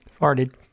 Farted